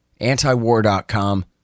Antiwar.com